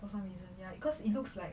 for some reason ya it cause it looks like